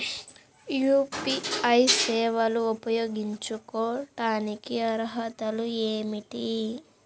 UPI సేవలు ఉపయోగించుకోటానికి అర్హతలు ఏమిటీ?